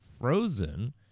frozen